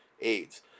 AIDS